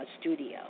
studio